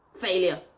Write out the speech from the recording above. failure